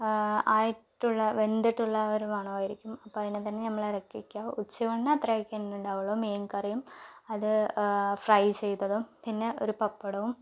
ആയിട്ടുള്ള വെന്തിട്ടുള്ള ആ ഒര് മണമായിരിക്കും അപ്പോൾ അതിനെത്തന്നെ നമ്മൾ ഇറക്കി വയ്ക്കുക ഉച്ചയൂണിന് അത്രയൊക്കെ തന്നെ ഉണ്ടാവുള്ളൂ മീൻ കറിയും അത് ഫ്രൈ ചെയ്തതും പിന്നെ ഒരു പപ്പടവും